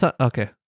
Okay